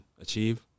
achieve